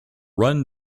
run